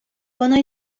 воно